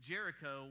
Jericho